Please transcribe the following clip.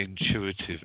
intuitive